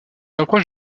rapproche